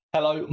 Hello